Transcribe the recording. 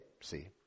see